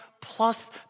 plus